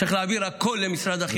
צריך להעביר הכול למשרד החינוך.